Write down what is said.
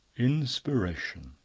inspiration.